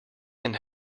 and